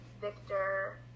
Victor